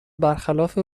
برخلاف